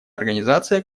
организация